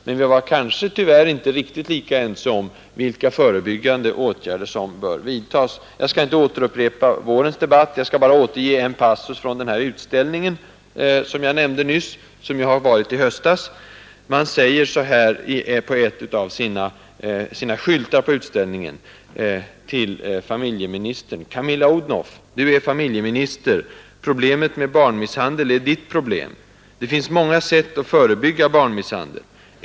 Tyvärr var vi inte riktigt lika ense om vilka förebyggande åtgärder som bör vidtas, Jag skall inte återupprepa vårens debatt, utan i stället bara återge ett inslag i den utställning som jag nyss nämnde. En av skyltarna på utställningen upptog följande text, som var riktad till familjeministern Camilla Odhnoff: ”Du är familjeminister. Problemet med barnmisshandel är Ditt problem. Det finns många sätt att förebygga barnmisshandel.